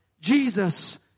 Jesus